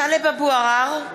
(קוראת בשמות חברי הכנסת) טלב אבו עראר,